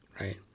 Right